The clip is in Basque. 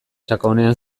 sakonean